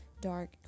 dark